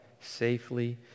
safely